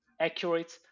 accurate